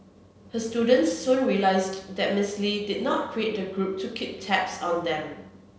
her students soon realised that Miss Lee did not create the group to keep tabs on them